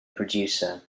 producer